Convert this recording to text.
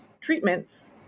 treatments